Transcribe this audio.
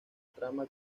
trama